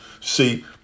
See